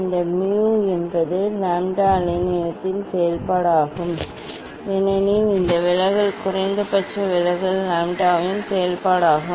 இந்த mu என்பது lambda அலைநீளத்தின் செயல்பாடாகும் ஏனெனில் இந்த விலகல் குறைந்தபட்ச விலகல் லாம்ப்டாவின் செயல்பாடாகும்